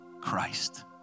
Christ